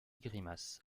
grimace